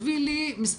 תביא לי מספרים,